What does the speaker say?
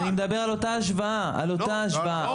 ואני מדבר פה על אותה ההשוואה, על אותה ההשוואה.